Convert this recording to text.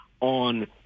on